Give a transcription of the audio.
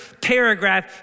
paragraph